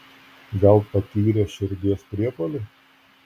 gal patyrė širdies priepuolį